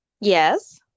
Yes